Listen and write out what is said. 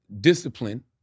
discipline